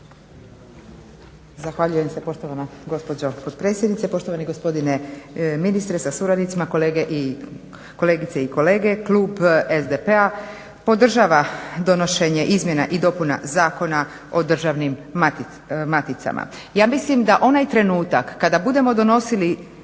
Zahvaljujem se poštovan gospođo potpredsjednice, poštovani gospodine ministre sa suradnicima, kolegice i kolege. Klub SDP-a podržava donošenje izmjena i dopuna Zakona o državni maticama. Ja mislim da onaj trenutak kada budemo donosili,